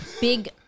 big